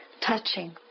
touching